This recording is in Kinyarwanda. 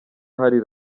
hari